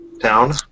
town